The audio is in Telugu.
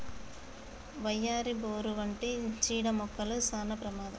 వయ్యారి, బోరు వంటి చీడ మొక్కలు సానా ప్రమాదం